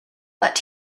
but